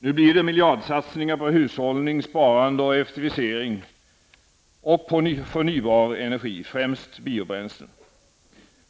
Nu blir det miljardsatsningar på hushållning och sparande, på effektiv energianvändning och på förnybar energi -- främst biobränslen.